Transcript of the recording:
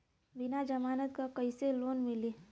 बिना जमानत क कइसे लोन मिली?